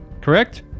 correct